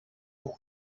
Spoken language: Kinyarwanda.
buri